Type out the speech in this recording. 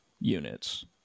units